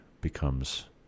becomes